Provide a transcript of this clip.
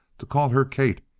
to call her kate,